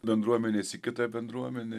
bendruomenės į kitą bendruomenę